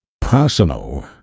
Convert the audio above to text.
Personal